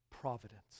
Providence